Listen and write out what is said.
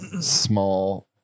small